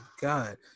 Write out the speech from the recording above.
God